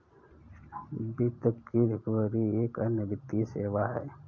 वित्त की रिकवरी एक अन्य वित्तीय सेवा है